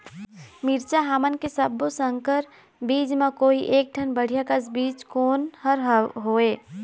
मिरचा हमन के सब्बो संकर बीज म कोई एक ठन बढ़िया कस बीज कोन हर होए?